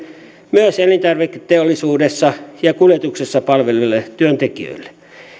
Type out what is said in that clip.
myös elintarviketeollisuudessa ja kuljetuksessa palveleville työntekijöille